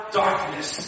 darkness